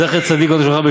זכר צדיק וקדוש לברכה,